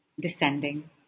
descending